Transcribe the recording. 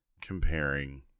comparing